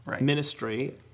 ministry